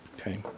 Okay